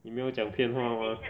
你没有讲骗话 mah